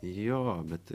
jo bet